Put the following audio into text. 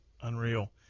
Unreal